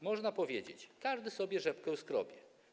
Można powiedzieć: każdy sobie rzepkę skrobie.